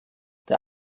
der